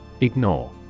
Ignore